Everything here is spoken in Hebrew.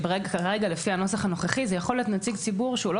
כרגע לפי הנוסח הנוכחי זה יכול להיות נציג ציבור שהוא לא